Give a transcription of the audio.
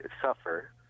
suffer